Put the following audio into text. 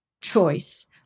choice